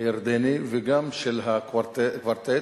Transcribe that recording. הירדני וגם של הקוורטט,